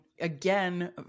Again